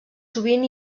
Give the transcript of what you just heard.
sovint